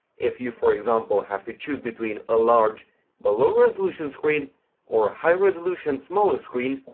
if you, for example have to choose between a large but low resolution screen or a high resolution, smaller screen,